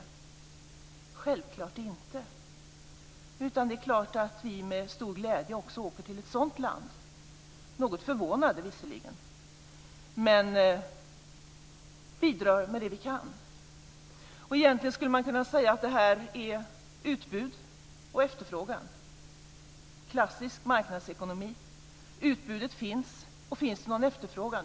Självklart inte. Det är klart att vi med stor glädje också åker till ett sådant land, visserligen något förvånade, och bidrar med det vi kan. Egentligen skulle man kunna säga att det är uttryck för utbud och efterfrågan. Det är klassisk marknadsekonomi. Utbudet finns. Finns det någon efterfrågan?